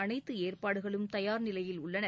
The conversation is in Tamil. அனைத்து ஏற்பாடுகளும் தயார்நிலையில் உள்ளன